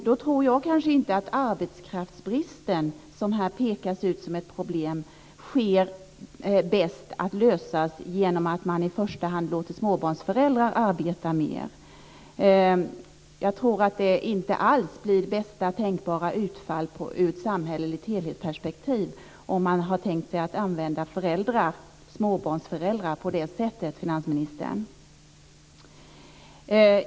Då tror jag kanske inte att arbetskraftsbristen, som här pekas ut som ett problem, löses bäst genom att man i första hand låter småbarnsföräldrar arbeta mer. Jag tror inte alls att det blir bästa tänkbara utfall ur ett samhälleligt helhetsperspektiv om man har tänkt sig att använda småbarnsföräldrar på det sättet, finansministern.